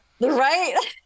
Right